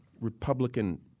Republican